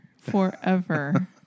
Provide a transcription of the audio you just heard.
Forever